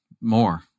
more